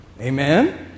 Amen